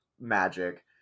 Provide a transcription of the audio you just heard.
magic